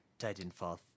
Titanfall